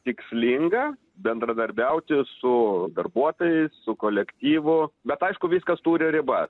tikslinga bendradarbiauti su darbuotojais su kolektyvu bet aišku viskas turi ribas